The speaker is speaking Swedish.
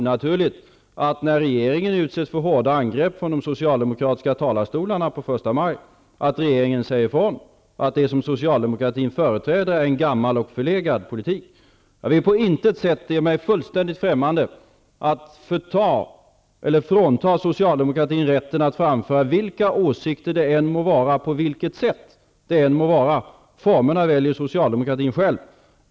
När regeringen utsätts för hårda angrepp från de socialdemokratiska talarstolarna under första maj är det inte heller onaturligt att regeringen säger ifrån att det som socialdemokratin företräder är en gammal och förlegad politik. Det är mig helt främmande att frånta socialdemokratin rätten att framföra vilka åsikter det än må vara och på vilket sätt det än må vara. Formerna väljer socialdemokratin själv.